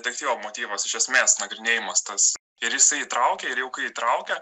detektyvo motyvas iš esmės nagrinėjamas tas ir jisai įtraukia ir jau kai įtraukia